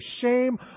shame